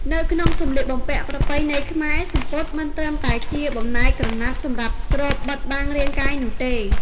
នៅក្នុងសម្លៀកបំពាក់ប្រពៃណីខ្មែរ សំពត់ មិនត្រឹមតែជាបំណែកក្រណាត់សម្រាប់គ្របបិទបាំងរាងកាយនោះទេ។